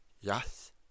Yes